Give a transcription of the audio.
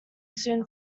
soon